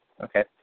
Okay